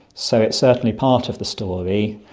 so it's certainly part of the story.